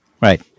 Right